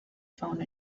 found